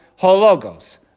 Hologos